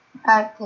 okay